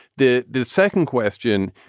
the the second question,